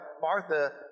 Martha